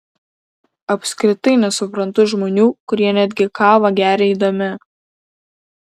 apskritai nesuprantu žmonių kurie netgi kavą geria eidami